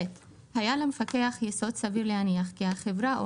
היה למפקח יסוד סביר להניח כי החברה או